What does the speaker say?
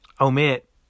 omit